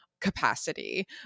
capacity